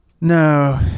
No